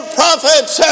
prophets